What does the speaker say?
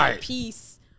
peace